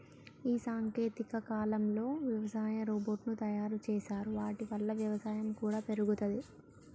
ఈ సాంకేతిక కాలంలో వ్యవసాయ రోబోట్ ను తయారు చేశారు వాటి వల్ల వ్యవసాయం కూడా పెరుగుతది